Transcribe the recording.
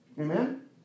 Amen